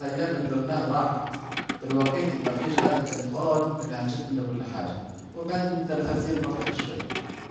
ايام الجورنال راحت دلوقتي مفيش غير التليفون الي هتشوف منه كل حاجة والتلفزيون برضك شوية